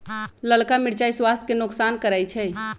ललका मिरचाइ स्वास्थ्य के नोकसान करै छइ